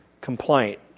complaint